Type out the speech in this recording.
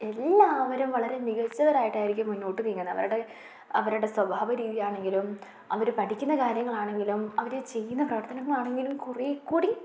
എല്ലാവരും വളരെ മികച്ചവരായിട്ടായിരിക്കും മുന്നോട്ട് നീങ്ങുന്നത് അവരുടെ അവരുടെ സ്വഭാവ രീതിയാണെങ്കിലും അവർ പഠിക്കുന്ന കാര്യങ്ങളാണെങ്കിലും അവർ ചെയ്യുന്ന പ്രവർത്തനങ്ങളാണെങ്കിലും കുറേക്കൂടി